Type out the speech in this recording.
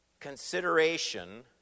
Consideration